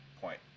point